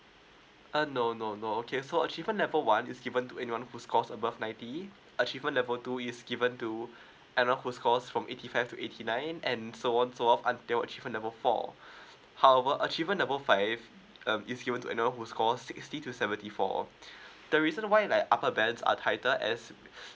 uh no no no okay so achievement level one is given to anyone who's score above ninety achievement level two is given to anyone who score from eighty five to eighty nine and so on so off until achievement level four however achievement level five um if you want to know who scores sixty to seventy four the reason why like upper bands are title as